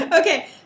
Okay